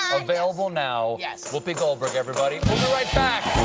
available now. yeah whoopi goldberg, everybody! we'll be right back